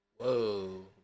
Whoa